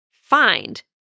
find